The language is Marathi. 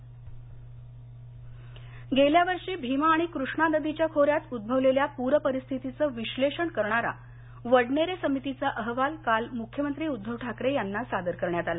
वडनेरे अहवाल गेल्यावर्षी भीमा आणि कृष्णा नदीच्या खोऱ्यात उद्गवलेल्या प्रपरिस्थितीचं विश्लेषण करणारा वडनेरे समितीचा अहवाल काल मुख्यमंत्री उद्धव ठाकरे यांना सादर करण्यात आला